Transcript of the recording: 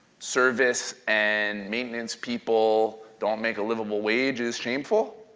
service and maintenance people don't make a livable wage is shameful.